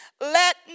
Let